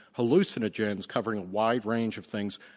hallucinogens covering a wide range of things,